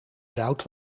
zout